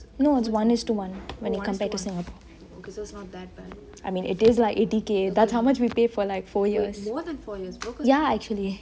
no is one is to one when you come back to singapore I mean it is lah eighty K that is how much we pay for four years ya actually